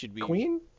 queen